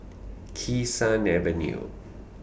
Kee Sun Avenue